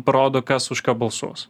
parodo kas už ką balsuos